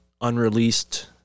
unreleased